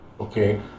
okay